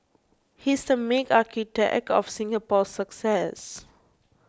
he's the main architect of Singapore's success